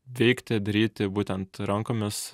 veikti daryti būtent rankomis